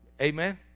Amen